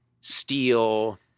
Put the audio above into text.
steel